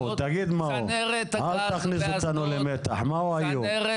תגיד, מה הוא, אל תכניס אותנו למתח, מהו האיום?